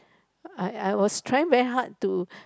I I was trying very hard to